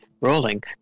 rolling